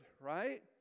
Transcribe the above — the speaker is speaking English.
right